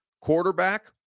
quarterback